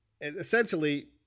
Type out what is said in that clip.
essentially